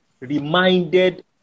reminded